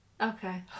Okay